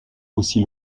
aussi